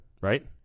right